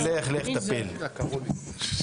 קראו לי.